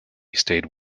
stayed